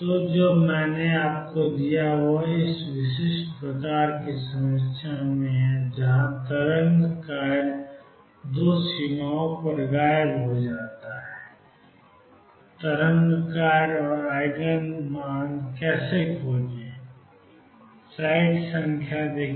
तो जो मैंने आपको दिया है वह इस विशिष्ट प्रकार की समस्या में है जहां तरंग कार्य दो सीमाओं पर गायब हो जाता है कि तरंग कार्य और ईजिन ऊर्जा कैसे खोजें